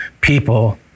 people